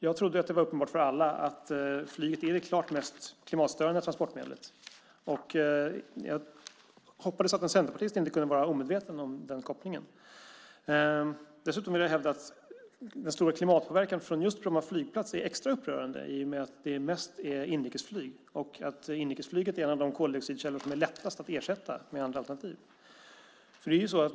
Jag trodde att det var uppenbart för alla att flyget är det klart mest klimatstörande transportmedlet. Jag hoppades att en centerpartist inte kunde vara omedveten om den kopplingen. Dessutom vill jag hävda att den stora klimatpåverkan från just Bromma flygplats är extra upprörande i och med att det mest är inrikesflyg. Inrikesflyget är en av de koldioxidkällor som är lättast att ersätta med andra alternativ.